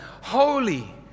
Holy